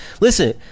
Listen